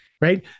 Right